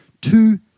two